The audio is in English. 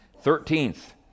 Thirteenth